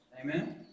Amen